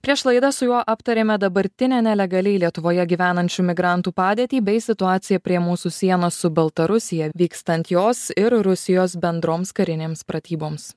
prieš laidą su juo aptarėme dabartinę nelegaliai lietuvoje gyvenančių migrantų padėtį bei situaciją prie mūsų sienos su baltarusija vykstant jos ir rusijos bendroms karinėms pratyboms